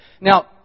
now